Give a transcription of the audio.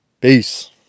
Peace